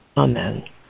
Amen